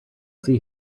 see